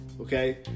okay